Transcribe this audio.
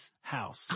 house